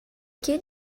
que